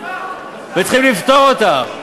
וצריכים לפתור אותן.